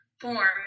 form